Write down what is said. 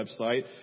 website